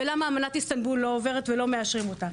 ולמה אמנת איסטנבול לא עוברת ולא מאשרים אותה.